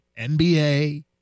NBA